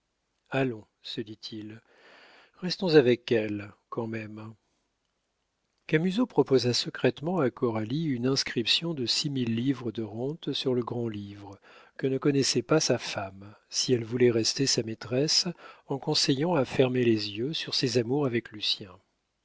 allons se dit-il restons avec elle quand même camusot proposa secrètement à coralie une inscription de six mille livres de rente sur le grand-livre que ne connaissait pas sa femme si elle voulait rester sa maîtresse en consentant à fermer les yeux sur ses amours avec